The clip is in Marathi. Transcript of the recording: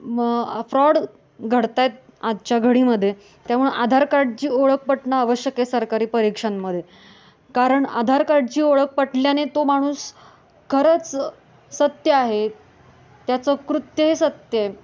म फ्रॉड घडत आहेत आजच्या घडीमध्ये त्यामुळं आधार कार्डची ओळख पटणं आवश्यक आहे सरकारी परीक्षांमध्ये कारण आधार कार्डची ओळख पटल्याने तो माणूस खरंच सत्य आहे त्याचं कृत्य हे सत्य आहे